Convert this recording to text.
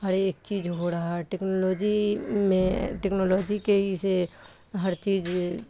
ہر ایک چیز ہو رہا ہے ٹیکنالوجی میں ٹیکنالوجی کے ہی سے ہر چیز